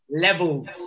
Levels